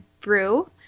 brew